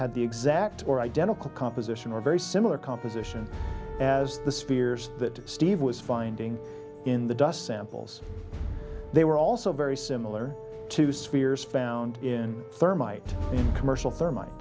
had the exact or identical composition or very similar composition as the spheres that steve was finding in the dust samples they were also very similar to spheres found in thermite commercial thermi